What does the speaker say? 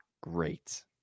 great